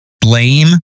blame